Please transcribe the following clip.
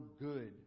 good